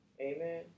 Amen